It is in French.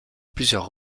plusieurs